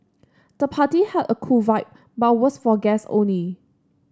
the party had a cool vibe but was for guests only